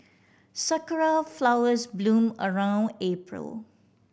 sakura flowers bloom around April